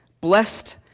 blessed